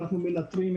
אנחנו מנטרים,